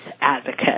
advocate